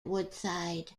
woodside